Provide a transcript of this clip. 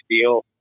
deal